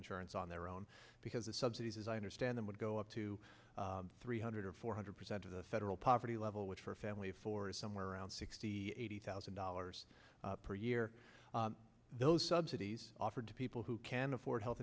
insurance on their own because the subsidies as i understand them would go up to three hundred or four hundred percent of the federal poverty level which for a family of four is somewhere around sixty eighty thousand dollars per year those subsidies offered to people who can afford health